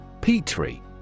Petri